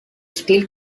still